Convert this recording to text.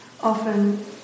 often